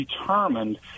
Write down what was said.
determined